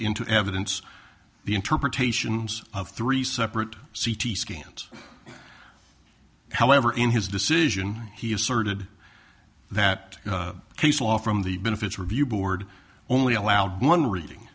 into evidence the interpretations of three separate c t scans however in his decision he asserted that case law from the benefits review board only allowed one reading